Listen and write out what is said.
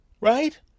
Right